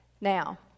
Now